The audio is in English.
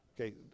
okay